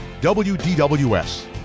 wdws